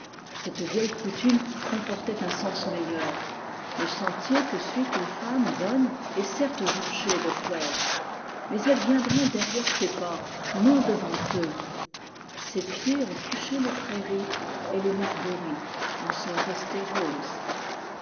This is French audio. cette vieille coutume comportait un sens meilleur le sentier que suit une femme bonne est certes jonché de fleurs mais elles viendront derrière ses pas non devant eux ses pieds ont touché les prairies et les marguerites en sont restées roses